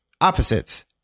opposites